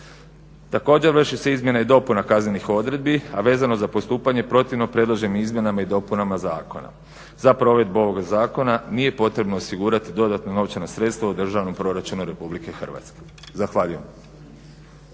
Također vrši se izmjena i dopuna kaznenih odredbi a vezano za postupanje protivno predloženim izmjenama i dopunama zakona. Za provedbu ovog zakona nije potrebno osigurati dodatna novčana sredstva u državnom proračunu RH. Zahvaljujem.